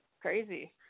crazy